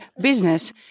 business